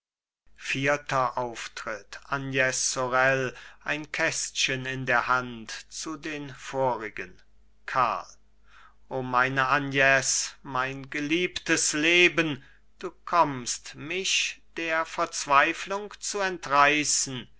vierter auftritt agnes sorel ein kästchen in der hand zu den vorigen karl o meine agnes mein geliebtes leben du kommst mich der verzweiflung zu entreißen